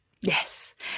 Yes